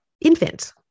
infant